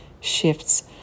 shifts